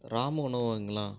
Ramu உணவகங்களா